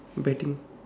betting